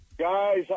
Guys